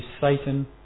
Satan